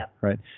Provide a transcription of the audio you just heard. right